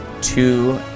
two